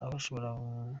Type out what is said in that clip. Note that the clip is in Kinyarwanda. abashoboye